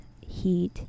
heat